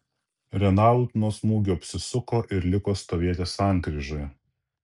renault nuo smūgio apsisuko ir liko stovėti sankryžoje